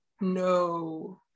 No